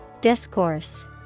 Discourse